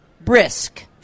brisk